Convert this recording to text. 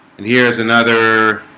and here's another